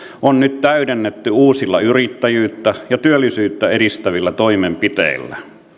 on nyt täydennetty uusilla yrittäjyyttä ja työllisyyttä edistävillä toimenpiteillä